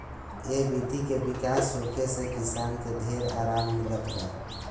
ए विधि के विकास होखे से किसान के ढेर आराम मिलल बा